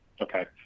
Okay